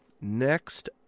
next